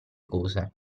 cose